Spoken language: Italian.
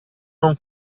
non